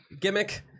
gimmick